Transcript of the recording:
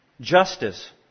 justice